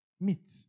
Meat